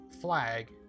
flag